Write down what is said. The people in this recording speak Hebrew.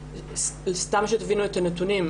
תבינו את הנתונים: